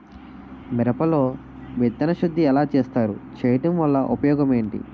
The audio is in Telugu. మిరప లో విత్తన శుద్ధి ఎలా చేస్తారు? చేయటం వల్ల ఉపయోగం ఏంటి?